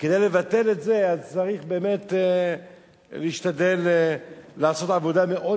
כדי לבטל את זה צריך באמת להשתדל לעשות עבודה מאוד